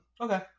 okay